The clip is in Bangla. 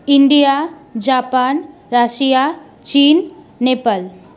ইন্ডিয়া জাপান রাশিয়া চিন নেপাল